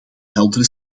heldere